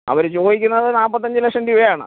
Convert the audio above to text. അവർ ചോദിക്കുന്നത് നാൽപ്പത്തഞ്ച് ലക്ഷം രൂപയാണ്